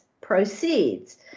proceeds